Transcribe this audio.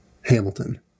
Hamilton